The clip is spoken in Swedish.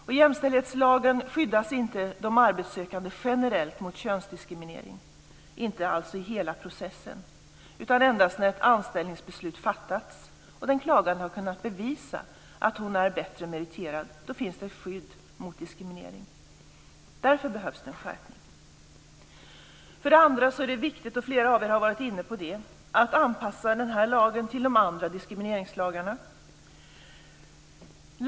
I jämställdhetslagen skyddas inte de arbetssökande generellt mot könsdiskriminering i hela processen. Endast när ett anställningsbeslut fattats och den klagande kunnat bevisa att hon är bättre meriterad finns ett skydd mot diskriminering. Därför behövs det en skärpning. För det andra är det viktigt att anpassa lagen till de andra diskrimineringslagarna. Flera av er har varit inne på det.